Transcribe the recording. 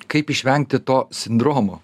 kaip išvengti to sindromo